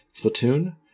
Splatoon